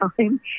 time